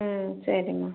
ம் சரிமா